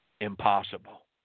impossible